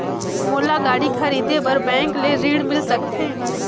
मोला गाड़ी खरीदे बार बैंक ले ऋण मिल सकथे?